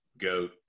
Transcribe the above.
goat